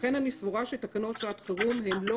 לכן אני סבורה שתקנות שעת חירום הן לא